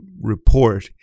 report